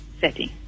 setting